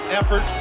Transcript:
effort